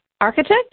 architect